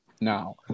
Now